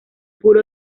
puro